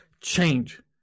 change